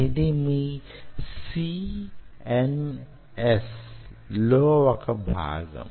ఇది మీ CNS లో వొక భాగం